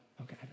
Okay